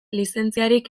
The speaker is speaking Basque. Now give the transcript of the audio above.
lizentziarik